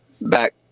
back